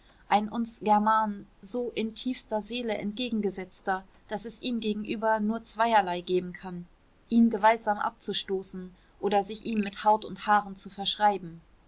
ein uns germanen so in tiefster seele entgegengesetzter daß es ihm gegenüber nur zweierlei geben kann ihn gewaltsam abzustoßen oder sich ihm mit haut und haaren zu verschreiben